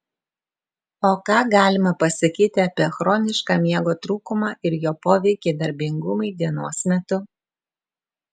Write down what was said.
o ką galima pasakyti apie chronišką miego trūkumą ir jo poveikį darbingumui dienos metu